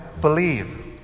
believe